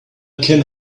can